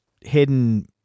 hidden